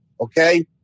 Okay